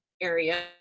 area